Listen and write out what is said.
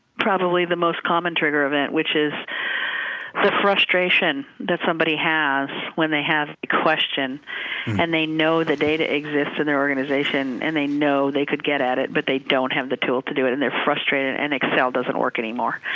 probably the most common trigger event, which is the frustration that somebody has when they have a question and they know the data exist in their organization, and they know they could get at it, but they don't have the tool to do it. they're frustrated, and excel doesn't work anymore.